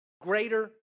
greater